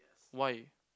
why